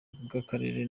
bw’akarere